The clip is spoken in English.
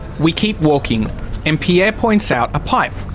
we keep walking and pierre points out a pipe.